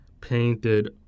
painted